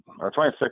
26